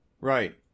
Right